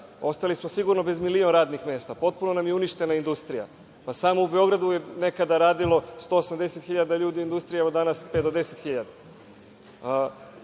Ostali smo sigurno bez milion radnih mesta. Potpuno nam je uništena industrija. Samo u Beogradu je nekada radilo 180.000 ljudi u industriji, evo danas pet do deset